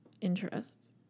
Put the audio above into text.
interests